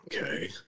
Okay